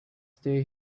stay